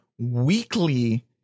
weekly